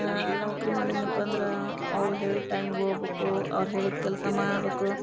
ನಾ ನೌಕರಿ ಮಾಡಿದ್ನೆಪ್ಪ ಅಂದರಾ ಅವ್ರು ಹೇಳಿದ ಟೈಮ್ಗೆ ಹೋಗ್ಬಕು ಅವ್ರು ಹೇಳಿದ ಕೆಲಸ ಮಾಡಬೇಕು